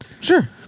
sure